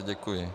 Děkuji.